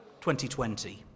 2020